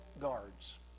guards